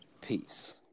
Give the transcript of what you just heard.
Peace